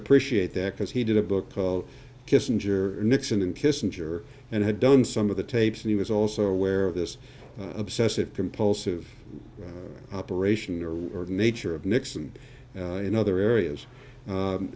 appreciate that because he did a book called kissinger nixon and kissinger and had done some of the tapes and he was also aware of this obsessive compulsive operation or the nature of nixon in other areas